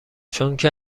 چونکه